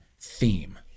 theme